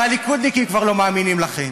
הרי הליכודניקים כבר לא מאמינים לכם.